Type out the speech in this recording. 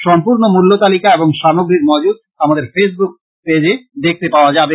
সম্পূর্ণ মূল্য তালিকা এবং সামগ্রীর মজুদ আমাদের ফেইস বুক পেজে দেখতে পাওয়া যাচ্ছে